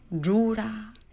Jura